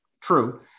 true